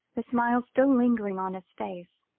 the smile still lingering on his face.